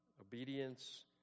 Obedience